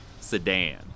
sedan